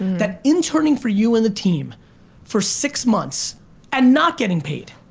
that interning for you and the team for six months and not getting paid.